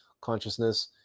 consciousness